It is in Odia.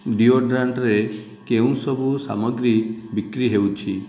ଡିଓଡ୍ରାଣ୍ଟ୍ରେ କେଉଁସବୁ ସାମଗ୍ରୀ ବିକ୍ରି ହେଉଛି